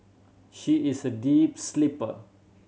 she is a deep sleeper